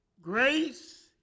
Grace